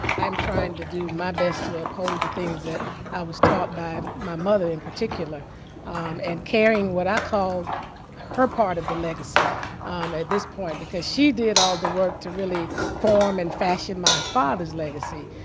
i'm trying to do my best to uphold the things that i was taught by my mother in particular and carrying what i call her part of the legacy at this point. because she did all the work to really form and fashion my father as legacy.